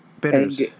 bitters